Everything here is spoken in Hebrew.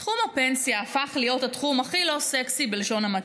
תחום הפנסיה הפך להיות התחום הכי לא סקסי בלשון המעטה.